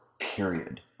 period